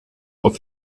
auf